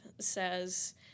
says